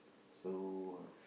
so what